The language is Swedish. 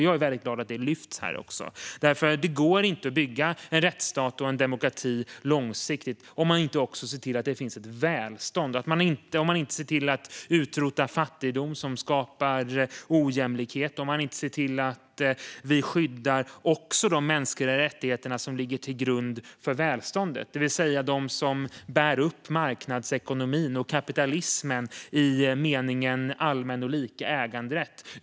Jag är glad att den frågan lyfts fram här. Det går inte att bygga en rättsstat och en demokrati långsiktigt om man inte också ser till att det finns ett välstånd, om man inte ser till att utrota fattigdom som skapar ojämlikhet, om man inte ser till att skydda också de mänskliga rättigheterna som ligger till grund för välståndet. Det gäller alltså dem som bär upp marknadsekonomin och kapitalismen i meningen allmän och lika äganderätt.